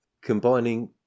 combining